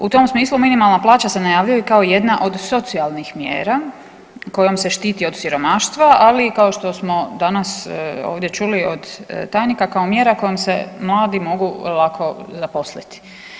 U tom smislu minimalna plaća se najavljuje kao jedna od socijalnih mjera kojom se štiti od siromaštva, ali kao što smo danas ovdje čuli ovdje od tajnika kao mjera kojom se mladi mogu lako zaposliti.